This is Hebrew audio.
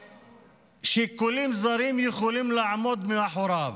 ששיקולים זרים יכולים לעמוד מאחוריו.